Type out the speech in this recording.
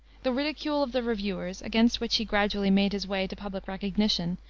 the ridicule of the reviewers, against which he gradually made his way to public recognition,